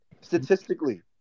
statistically